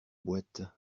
boîte